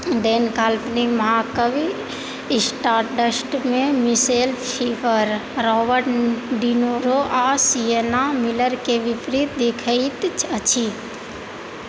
डेन काल्पनिक महाकाव्य स्टारडस्टमे Michelle Pfeiffer Robert De Niro आओर सिएना मिलरके विपरीत देखाइत अछि